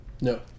No